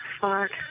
Fuck